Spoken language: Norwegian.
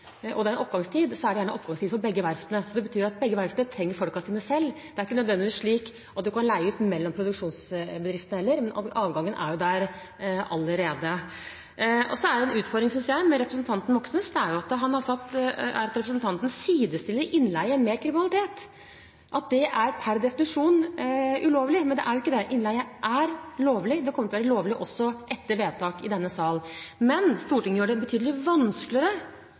nødvendigvis slik at en kan leie ut mellom produksjonsbedriftene heller, men adgangen er der allerede. Så synes jeg det er en utfordring med representanten Moxnes, og det er at representanten sidestiller innleie med kriminalitet, at det er per definisjon ulovlig, men det er jo ikke det. Innleie er lovlig, og det kommer til å være lovlig også etter vedtak i denne sal. Men Stortinget gjør det betydelig vanskeligere